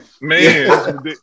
Man